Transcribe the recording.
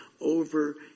over